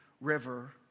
River